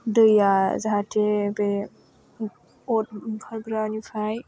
दैया जाहाथे बे अर ओंखारग्रानिफ्राय